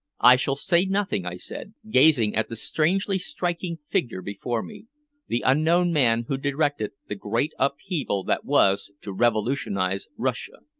i shall say nothing, i said, gazing at the strangely striking figure before me the unknown man who directed the great upheaval that was to revolutionize russia.